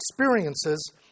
experiences